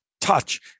touch